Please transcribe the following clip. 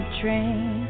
train